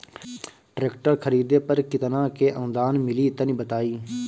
Tractor खरीदे पर कितना के अनुदान मिली तनि बताई?